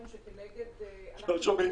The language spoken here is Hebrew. שאנחנו נמצאים